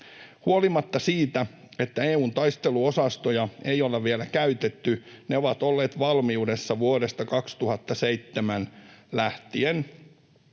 Huolimatta siitä, että EU:n taisteluosastoja ei olla vielä käytetty, ne ovat olleet valmiudessa vuodesta 2007 lähtien,